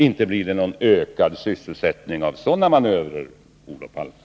Inte blir det någon ökad sysselsättning genom sådana manövrer, Olof Palme!